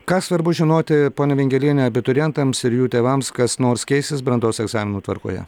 ką svarbu žinoti pone vingeliene abiturientams ir jų tėvams kas nors keisis brandos egzaminų tvarkoje